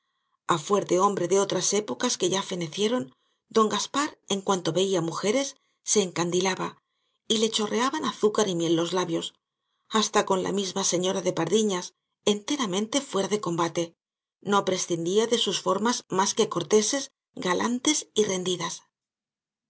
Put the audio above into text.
a fuer de hombre de otras épocas que ya fenecieron don gaspar en cuanto veía mujeres se encandilaba y le chorreaban azúcar y miel los labios hasta con la misma señora de pardiñas enteramente fuera de combate no prescindía de sus formas más que corteses galantes y rendidas